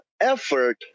effort